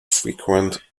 frequent